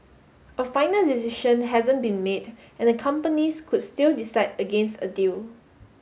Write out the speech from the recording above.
a final decision hasn't been made and the companies could still decide against a deal